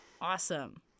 Awesome